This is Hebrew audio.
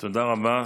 תודה רבה.